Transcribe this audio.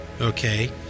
okay